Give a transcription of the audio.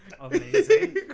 Amazing